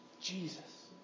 Jesus